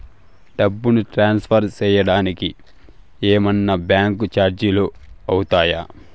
డబ్బును ట్రాన్స్ఫర్ సేయడానికి ఏమన్నా బ్యాంకు చార్జీలు అవుతాయా?